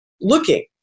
looking